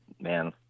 man